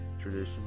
traditional